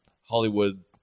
Hollywood